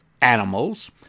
animals